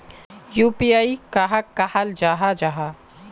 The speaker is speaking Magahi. यु.पी.आई कहाक कहाल जाहा जाहा?